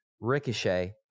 Ricochet